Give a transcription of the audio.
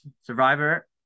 Survivor